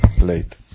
late